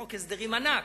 חוק הסדרים ענק,